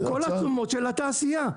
כל התשומות של התעשיה.